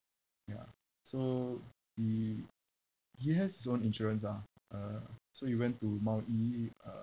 ya so he he has his own insurance ah uh so he went to mount E uh